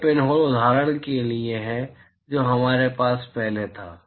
यह पिनहोल उदाहरण के समान है जो हमारे पास पहले था